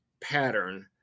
pattern